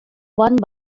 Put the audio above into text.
one